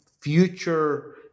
future